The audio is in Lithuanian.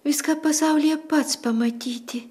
viską pasaulyje pats pamatyti